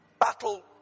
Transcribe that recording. battle